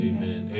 Amen